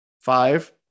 five